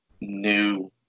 new